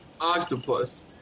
octopus